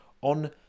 On